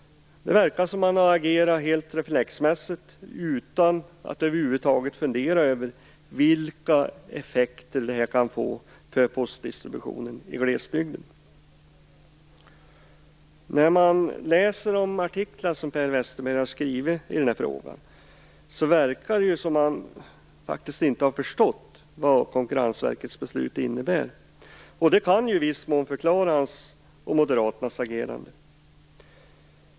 Man verkar ha agerat helt reflexmässigt, utan att över huvud taget fundera över vilka effekter det här kan få för postidistributionen i glesbygden. Efter att ha läst de artiklar som Per Westerberg har skrivit i den här frågan måste jag säga att det verkar som om han inte förstått vad Konkurrensverkets beslut innebär. Det kan i viss mån förklara hans och Moderaternas agerande.